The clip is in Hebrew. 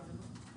משווק.